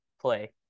play